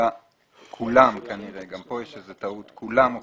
כולם או חלקם,